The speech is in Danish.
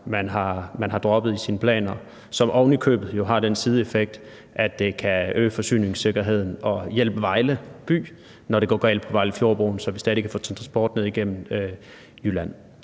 man har droppet i sine planer. Det ville ovenikøbet have haft den sideeffekt, at det kunne øge forsyningssikkerheden og hjælpe Vejle som by, når det går galt på Vejlefjordbroen, så vi stadig kan få transport ned igennem Jylland.